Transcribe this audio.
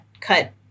cut